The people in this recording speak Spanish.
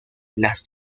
las